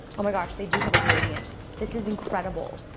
oh my gosh, they do have a gradient. this is incredible.